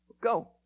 go